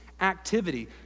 activity